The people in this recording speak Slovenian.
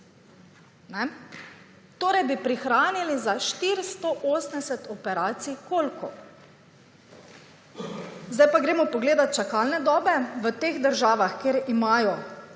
Torej bi prihranili za 480 operacij kolkov. Zdaj pa gremo pogledat čakalne dobe. V teh državah, kjer imajo